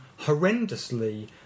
horrendously